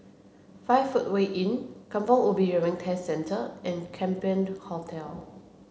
five footway Inn Kampong Ubi Driving Test Centre and Champion Hotel